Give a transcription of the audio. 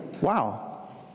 Wow